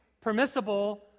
permissible